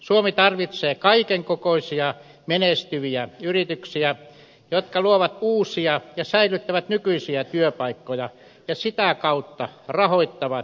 suomi tarvitsee kaiken kokoisia menestyviä yrityksiä jotka luovat uusia ja säilyttävät nykyisiä työpaikkoja ja sitä kautta rahoittavat hyvinvointipalveluja